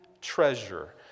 treasure